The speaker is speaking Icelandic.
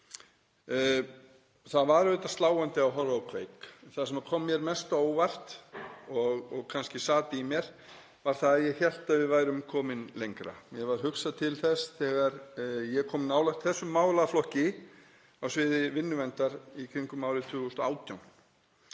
Það var auðvitað sláandi að horfa á Kveik. Það sem kom mér mest á óvart og kannski sat í mér var að ég hélt að við værum komin lengra. Mér varð hugsað til þess þegar ég kom nálægt þessum málaflokki á sviði vinnuverndar í kringum árið 2018.